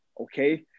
Okay